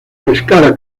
pescara